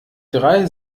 drei